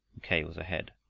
mackay was ahead,